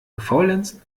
gefaulenzt